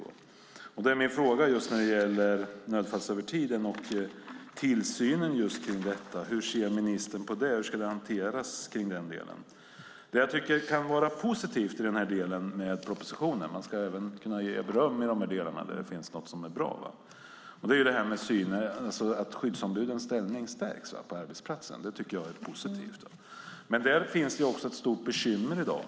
Då är min fråga när det gäller nödfallsövertiden och tillsynen i det fallet: Hur ser ministern på det? Hur ska den delen hanteras? Vad jag tycker kan vara positivt med propositionen - man ska även kunna ge beröm när det finns något som är bra - är att skyddsombudens ställning på arbetsplatsen stärks. Det tycker jag är positivt. Men där finns det också ett stort bekymmer i dag.